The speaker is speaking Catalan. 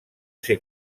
ser